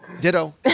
Ditto